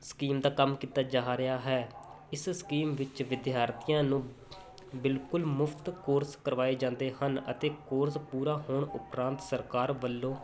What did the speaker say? scheme ਦਾ ਕੰਮ ਕੀਤਾ ਜਾ ਰਿਹਾ ਹੈ ਇਸ ਸਕੀਮ ਵਿੱਚ ਵਿਦਿਆਰਥੀਆਂ ਨੂੰ ਬਿਲਕੁਲ ਮੁਫ਼ਤ ਕੋਰਸ ਕਰਵਾਏ ਜਾਂਦੇ ਹਨ ਅਤੇ ਕੋਰਸ ਪੂਰਾ ਹੋਣ ਉਪਰੰਤ ਸਰਕਾਰ ਵੱਲੋਂ